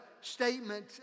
statement